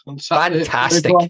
Fantastic